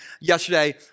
yesterday